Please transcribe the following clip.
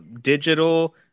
digital